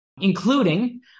including